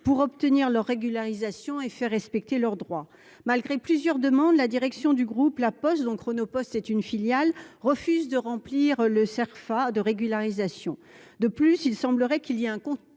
pour obtenir leur régularisation et faire respecter leurs droits, malgré plusieurs demandes, la direction du groupe La Poste, dont Chronopost est une filiale, refuse de remplir le Cerfa de régularisation de plus, il semblerait qu'il y a un contournement